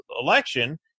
election